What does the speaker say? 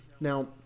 Now